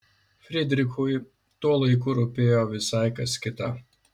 frydrichui tuo laiku rūpėjo visai kas kita